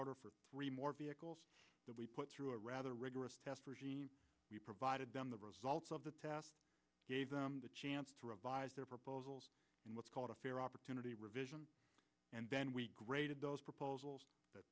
order for three more vehicles that we put through a rather rigorous test regime we provided them the results of the test gave them the chance to revise their proposals and what's called a fair opportunity revision and then we graded those proposals th